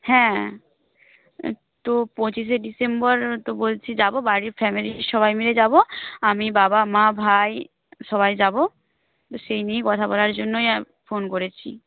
হ্যাঁ তো পঁচিশে ডিসেম্বর তো বলছি যাব বাড়ির ফ্যামিলির সবাই মিলে যাব আমি বাবা মা ভাই সবাই যাব সেই নিয়েই কথা বলার জন্যই ফোন করেছি